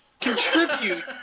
contribute